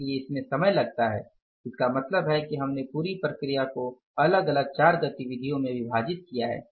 इसलिए इसमें समय लगता है इसका मतलब है कि हमने पूरी प्रक्रिया को अलग अलग चार गतिविधियों में विभाजित किया है